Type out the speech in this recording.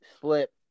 slip